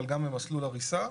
אבל גם במסלול הריסה.